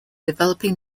developing